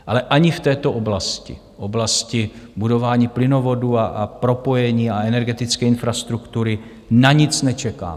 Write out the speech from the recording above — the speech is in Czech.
Ale ani v této oblasti, v oblasti budování plynovodů a propojení a energetické infrastruktury, na nic nečekáme.